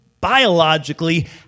biologically